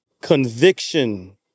conviction